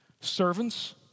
servants